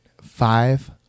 five